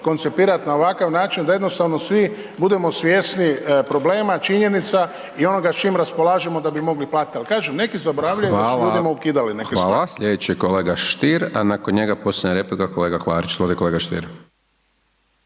koncipirat na ovakav način da jednostavno svi budemo svjesni problema, činjenica i onoga čim raspolažemo da bi mogli platit. Al kažem neki zaboravljaju …/Upadica: Hvala./… da su ljudima ukidali neke stvari. **Hajdaš Dončić, Siniša (SDP)** Hvala. Slijedeći je kolega Stier, a nakon njega posljednja replika kolega Klarić.